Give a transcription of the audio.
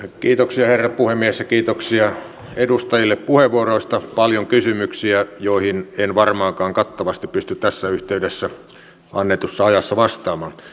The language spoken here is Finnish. kiitoksia herra puhemies ja kiitoksia edustajille puheenvuoroista paljon kysymyksiä joihin en varmaankaan kattavasti pysty tässä yhteydessä annetussa ajassa vastaamaan